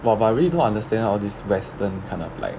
!wah! but I really don't understand how this western kind of like